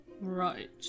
Right